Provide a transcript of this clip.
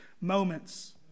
moments